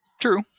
True